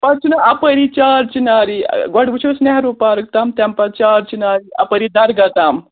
پَتہٕ چھُنا اَپٲری چار چِناری گۄڈٕ وُچھو أسۍ نہروٗ پارک تام تَمہِ پَتہٕ چار چِناری اَپٲری درگاہ تام